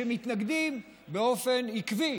שמתנגדים באופן עקבי,